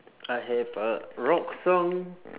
I have a rock song